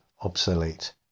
obsolete